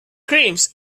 creams